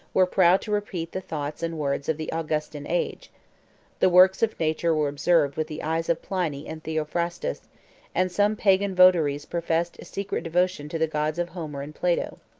were proud to repeat the thoughts and words of the augustan age the works of nature were observed with the eyes of pliny and theophrastus and some pagan votaries professed a secret devotion to the gods of homer and plato.